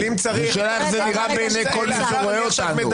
זה שאלה איך זה נראה בעיני כל מי שרואה אותנו.